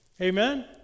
Amen